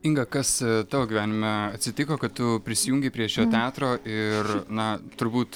inga kas tavo gyvenime atsitiko kad tu prisijungei prie šio teatro ir na turbūt